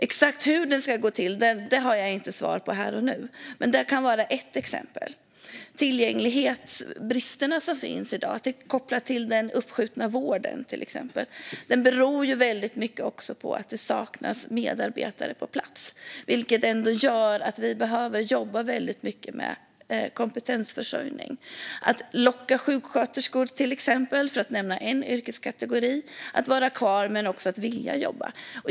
Exakt hur det ska gå till har jag inte svar på här och nu, men det kan vara ett exempel. Bristerna i tillgängligheten i dag, exempelvis kopplat till den uppskjutna vården, beror på att det saknas medarbetare på plats. Det gör att vi behöver jobba mycket med kompetensförsörjning, det vill säga locka sjuksköterskor - för att nämna en yrkeskategori - att vara kvar och vilja jobba.